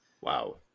Wow